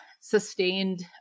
sustained